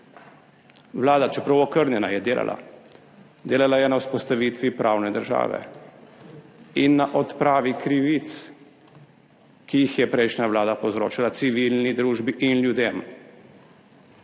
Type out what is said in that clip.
vlada, čeprav okrnjena, je delala, delala je na vzpostavitvi pravne države in na odpravi krivic, ki jih je prejšnja vlada povzročila civilni družbi in ljudem,